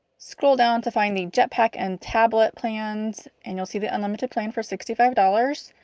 scroll down to find the jetpack and tablet plans, and you'll see the unlimited plan for sixty five dollars.